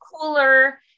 cooler